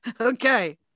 Okay